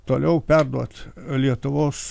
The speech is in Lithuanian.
toliau perduot lietuvos